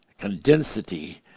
condensity